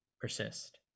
persist